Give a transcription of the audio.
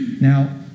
Now